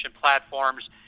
platforms